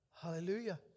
Hallelujah